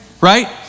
right